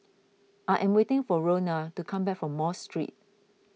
I am waiting for Roena to come back from Mosque Street